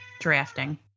drafting